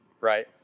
Right